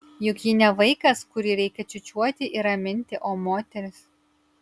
juk ji ne vaikas kurį reikia čiūčiuoti ir raminti o moteris